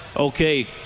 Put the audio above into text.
Okay